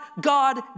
God